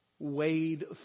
wade